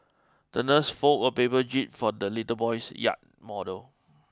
the nurse folded a paper jib for the little boy's yacht model